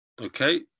Okay